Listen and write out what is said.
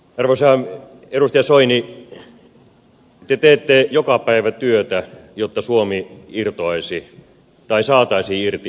arvoisa edustaja soini te teette joka päivä työtä jotta suomi saataisiin irti eusta